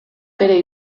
bere